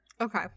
Okay